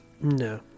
No